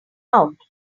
out